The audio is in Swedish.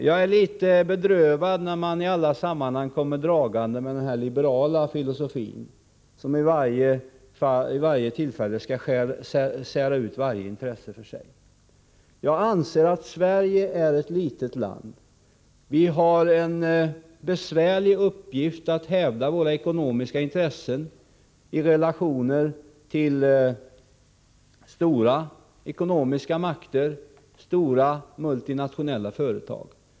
Jag blir litet bedrövad när man i alla sammanhang kommer dragandes med den här liberala filosofin, där man alltid vill sära ut varje intresse för sig. Sverige är ett litet land. Vi har en besvärlig uppgift att hävda våra ekonomiska intressen i relation till stora ekonomiska makter och stora multinationella företag.